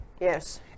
Yes